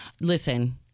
listen